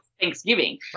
Thanksgiving